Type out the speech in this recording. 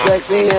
Sexy